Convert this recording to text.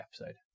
episode